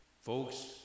folks